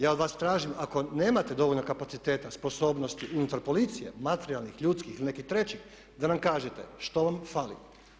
Ja vas tražim ako nemate dovoljno kapaciteta, sposobnosti unutar policije, materijalnih, ljudskih ili nekih trećih da nam kažete što vam fali.